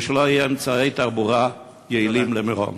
ולא יהיו אמצעי תחבורה יעילים למירון.